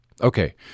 Okay